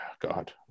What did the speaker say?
God